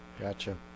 Gotcha